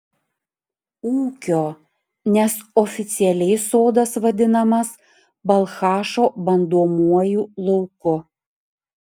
ūkio nes oficialiai sodas vadinamas balchašo bandomuoju lauku